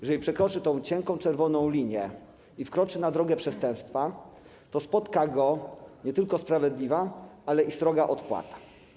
Jeżeli przekroczy tę cienką czerwoną linię i wkroczy na drogę przestępstwa, to spotka go nie tylko sprawiedliwa, ale i sroga odpłata.